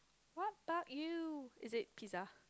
what about you is it pizza